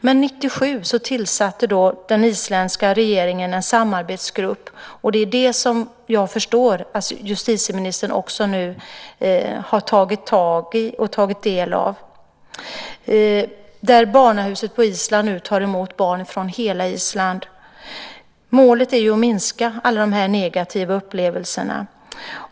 Men 1997 tillsatte den isländska regeringen en samarbetsgrupp, och det är det som jag förstår att justitieministern nu har tagit del av. Barnahuset på Island tar emot barn från hela Island. Målet är att minska alla de här negativa upplevelserna.